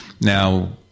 now